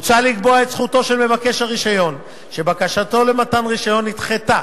מוצע לקבוע את זכותו של מבקש הרשיון שבקשתו למתן רשיון נדחתה